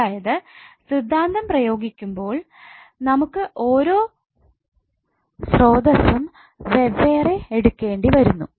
അതായത് സിദ്ധാന്തം പ്രയോഗിക്കുമ്പോൾ നമുക്ക് ഓരോ സ്രോതസ്സും വെവ്വേറെ എടുക്കേണ്ടി വരുന്നു